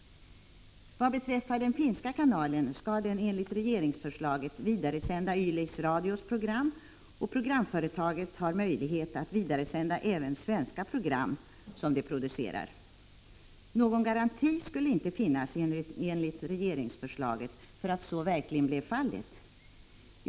Vad beträffar den finska kanalen skall denna enligt regeringsförslaget vidaresända Yleisradios program, och programföretaget skulle ha möjlighet att vidaresända även svenska program som det producerar. Någon garanti för att så verkligen blev fallet skulle dock inte finnas enligt regeringsförslaget.